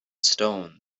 stone